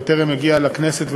אבל טרם הגיעה לכנסת,